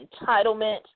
entitlement